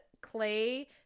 Clay